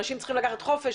אנשים צריכים לקחת חופש,